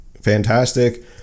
fantastic